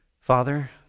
Father